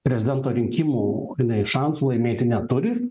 prezidento rinkimų jinai šansų laimėti neturi